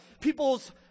people's